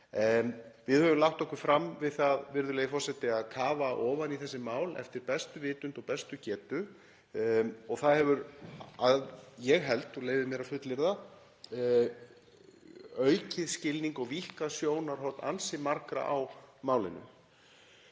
Við höfum lagt okkur fram við það að kafa ofan í þessi mál eftir bestu vitund og bestu getu og það hefur, að ég held og leyfi mér að fullyrða, aukið skilning og víkkað sjónarhorn ansi margra á málinu.